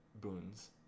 boons